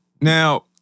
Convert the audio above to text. Now